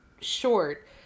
short